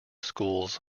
schools